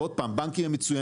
ועוד פעם הבנקים הם מצוינים,